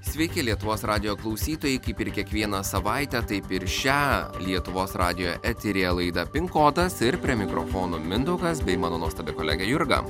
sveiki lietuvos radijo klausytojai kaip ir kiekvieną savaitę taip ir šią lietuvos radijo eteryje laida pin kodas ir prie mikrofono mindaugas bei mano nuostabi kolegė jurga